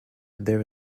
there